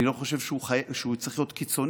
אני לא חושב שהוא צריך להיות קיצוני,